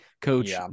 coach